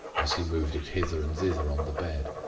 as he moved it hither and thither on the bed.